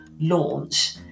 launch